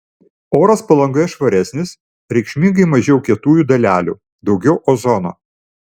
oras palangoje švaresnis reikšmingai mažiau kietųjų dalelių daugiau ozono